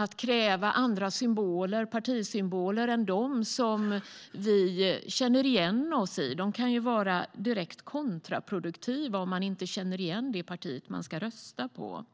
Att kräva andra partisymboler än de som vi känner igen oss i kan vara direkt kontraproduktivt när väljaren inte känner igen partiet denne ska rösta på.